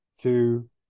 two